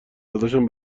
داداشم